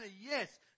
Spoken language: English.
yes